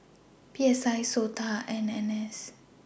P S I Sota and N N S